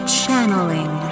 channeling